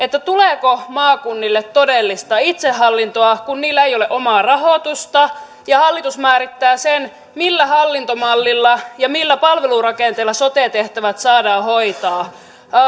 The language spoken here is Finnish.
tuleeko maakunnille todellista itsehallintoa kun niillä ei ole omaa rahoitusta ja hallitus määrittää sen millä hallintomallilla ja millä palvelurakenteella sote tehtävät saadaan hoitaa